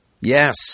Yes